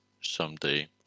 someday